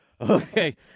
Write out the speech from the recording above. Okay